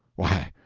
why,